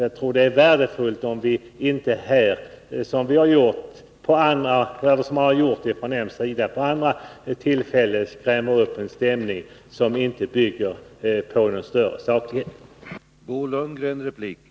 Jag tror det vore värdefullt om ni inte här — som ni gjort från er sida vid andra tillfällen — piskar upp en stämning som inte har någon större saklig underbyggnad.